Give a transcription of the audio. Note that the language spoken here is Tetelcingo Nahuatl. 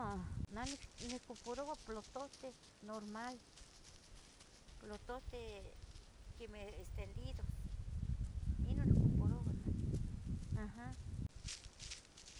Neh nicuparoua platohte normal, platohte quemeh extendidos, ino nocuparoua neh aha.